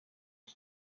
que